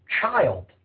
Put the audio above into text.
child